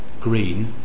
green